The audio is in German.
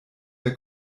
der